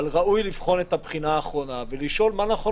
אבל ראוי לבחון את הבחינה האחרונה ולשאול מה נכון